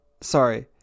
sorry